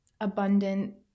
abundant